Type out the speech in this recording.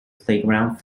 playground